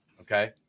Okay